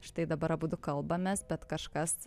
štai dabar abudu kalbamės bet kažkas